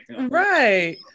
Right